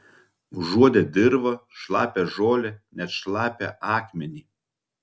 užuodė dirvą šlapią žolę net šlapią akmenį